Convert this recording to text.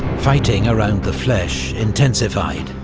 fighting around the fleches intensified,